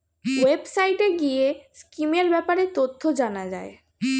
ওয়েবসাইটে গিয়ে স্কিমের ব্যাপারে তথ্য জানা যায়